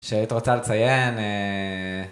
כשאת רוצה לציין אהההההההההה